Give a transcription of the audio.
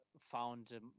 found